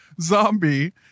zombie